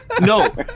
No